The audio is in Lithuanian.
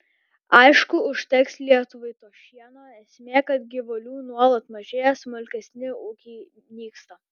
aišku užteks lietuvai to šieno esmė kad gyvulių nuolat mažėja smulkesni ūkiai nyksta